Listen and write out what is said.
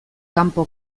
kanpo